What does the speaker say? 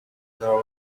their